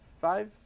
five